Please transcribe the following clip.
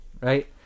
right